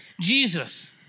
Jesus